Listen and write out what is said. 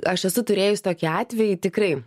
aš esu turėjus tokį atvejį tikrai